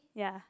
ya